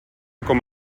com